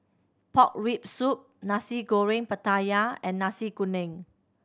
pork rib soup Nasi Goreng Pattaya and Nasi Kuning